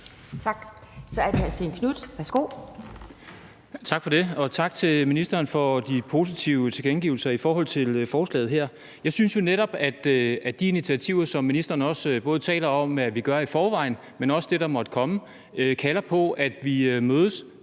Kl. 15:42 Stén Knuth (V): Tak for det, og tak til ministeren for de positive tilkendegivelser om forslaget her. Jeg synes jo netop, at de initiativer, som ministeren også taler om vi tager i forvejen, men også det, der måtte komme, kalder på, at vi mødes